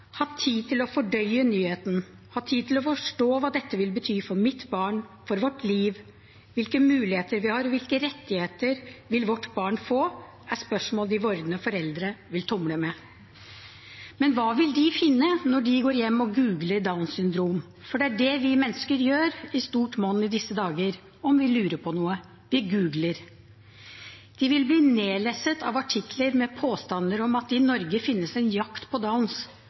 ha tid til å fordøye nyheten, ha tid til å forstå hva dette vil bety for mitt barn, for vårt liv. Hvilke muligheter vi har, og hvilke rettigheter vårt barn vil få, er spørsmål de vordende foreldrene vil tumle med. Men hva vil de finne når de går hjem og googler Downs syndrom? For det er det vi mennesker gjør i stort monn i disse dager om vi lurer på noe – vi googler. De vil bli nedlesset av artikler med påstander om at det i Norge finnes en jakt på